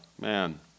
man